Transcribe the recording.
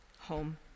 home